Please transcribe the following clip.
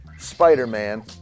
Spider-Man